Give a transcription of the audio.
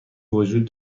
وجود